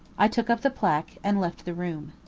i took up the placque and left the room.